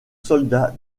soldat